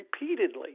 repeatedly